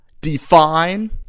define